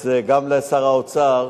אז גם לשר האוצר,